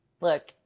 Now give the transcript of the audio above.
look